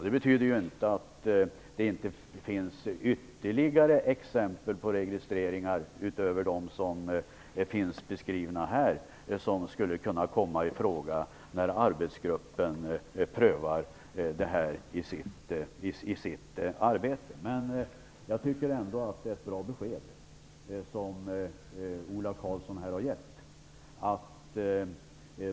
Det betyder inte att det inte finns ytterligare exempel på registreringar utöver dem som finns beskrivna här som skulle kunna komma ifråga när arbetsgruppen prövar frågan i sitt arbete. Jag tycker ändå att det är ett bra besked som Ola Karlsson här har gett.